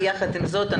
ויחד עם זאת,